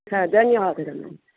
धन्यवादः